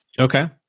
Okay